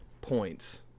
points